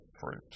fruit